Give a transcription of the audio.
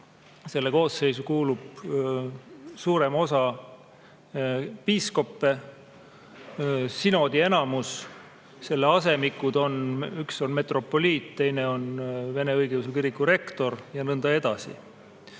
selle koosseisu kuulub suurem osa piiskoppe, sinodi enamus. Selle üks asemik on metropoliit, teine on vene õigeusu kiriku rektor, ja nõnda edasi.